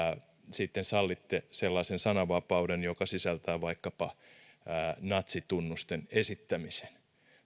sitten taas sallitte sellaisen sananvapauden joka sisältää vaikkapa natsitunnusten esittämisen